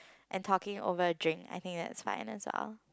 and talking over a drink I think it's fine as well